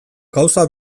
gauza